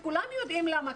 וכולם יודעים למה.